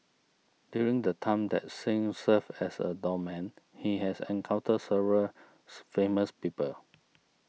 during the time that Singh served as a doorman he has encountered several famous people